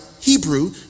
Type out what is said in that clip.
Hebrew